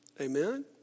Amen